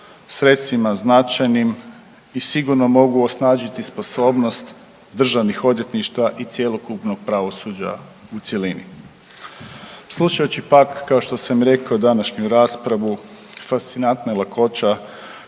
sredstvima značajnim i sigurno mogu osnažiti sposobnost državnih odvjetništava i cjelokupnog pravosuđa u cjelini. Slušajući pak kao što sam rekao današnju raspravu fascinantna je lakoća